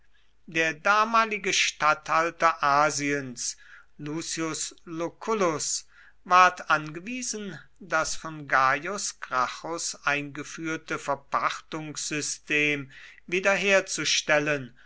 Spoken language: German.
der damalige statthalter asiens lucius lucullus ward angewiesen das von gaius gracchus eingeführte verpachtungssystem wiederherzustellen